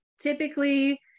Typically